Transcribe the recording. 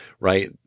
right